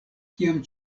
kiam